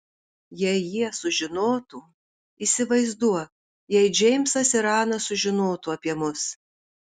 jei jie sužinotų įsivaizduok jei džeimsas ir ana sužinotų apie mus